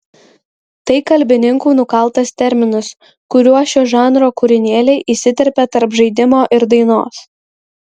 tai kalbininkų nukaltas terminas kuriuo šio žanro kūrinėliai įsiterpia tarp žaidimo ir dainos